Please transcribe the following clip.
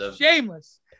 shameless